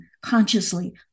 consciously